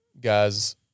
guys